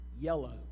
yellow